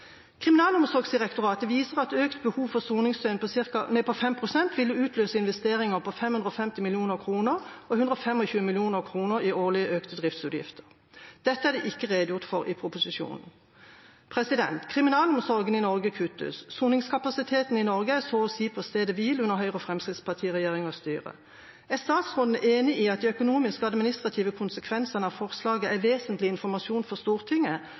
Kriminalomsorgsdirektoratet viser at økt behov for soningsdøgn på 5 pst. ville utløst investeringer på 550 mill. kr og 125 mill. kr i årlige økte driftsutgifter. Dette er det ikke redegjort for i proposisjonen. Kriminalomsorgen i Norge kuttes, soningskapasiteten i Norge er så å si på stedet hvil under Høyre–Fremskrittsparti-regjeringas styre. Er statsråden enig i at de økonomiske og administrative konsekvensene av forslaget er vesentlig informasjon for Stortinget,